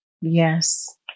Yes